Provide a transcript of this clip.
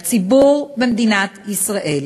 מהציבור במדינת ישראל